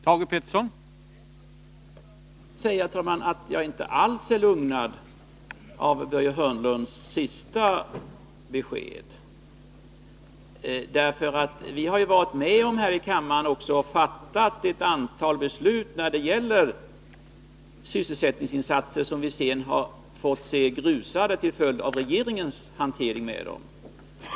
Herr talman! Jag måste säga att jag inte alls är lugnad av Börje Hörnlunds senaste besked, därför att vi har ju här i kammaren varit med om att fatta ett antal beslut när det gäller sysselsättningsinsatser som vi sedan fått se grusade till följd av regeringens hantering av dem.